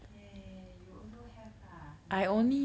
there you also have lah don't know lah